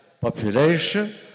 population